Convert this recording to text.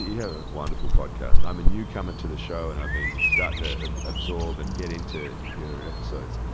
have a wonderful podcast. i'm a newcomer to the show, and i've been starting to absorb and get into your episodes.